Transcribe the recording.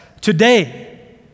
Today